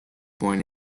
born